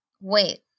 Wait